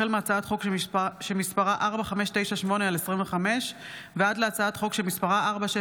החל בהצעת חוק פ/4598/25 וכלה בהצעת חוק פ/4621/25: